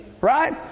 Right